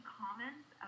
comments